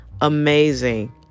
amazing